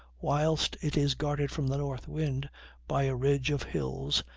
whilst it is guarded from the north wind by a ridge of hills,